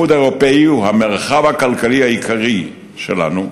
האיחוד האירופי הוא המרחב הכלכלי העיקרי שלנו,